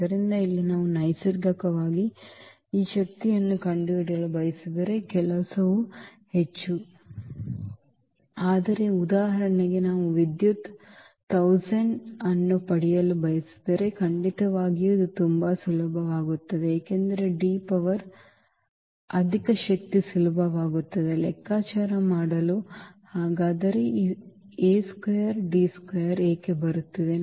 ಆದ್ದರಿಂದ ಇಲ್ಲಿ ನಾವು ನೈಸರ್ಗಿಕವಾಗಿ ಈ ಶಕ್ತಿಯನ್ನು ಕಂಡುಹಿಡಿಯಲು ಬಯಸಿದರೆ ಕೆಲಸವು ಹೆಚ್ಚು 2 ಆದರೆ ಉದಾಹರಣೆಗೆ ನಾವು ವಿದ್ಯುತ್ 1000 ಅನ್ನು ಪಡೆಯಲು ಬಯಸಿದರೆ ಖಂಡಿತವಾಗಿಯೂ ಇದು ತುಂಬಾ ಉಪಯುಕ್ತವಾಗಿದೆ ಏಕೆಂದರೆ D ಪವರ್ ಅಧಿಕ ಶಕ್ತಿ ಸುಲಭವಾಗುತ್ತದೆ ಲೆಕ್ಕಾಚಾರ ಮಾಡಲು ಹಾಗಾದರೆ ಈ A ಸ್ಕ್ವೇರ್ D ಸ್ಕ್ವೇರ್ ಏಕೆ ಬರುತ್ತಿದೆ